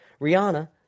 Rihanna